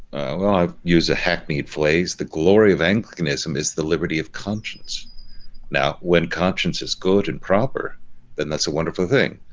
i use a hackneyed phrase the glory of anglicanism is the liberty of conscience now when conscience is good and proper then that's a wonderful thing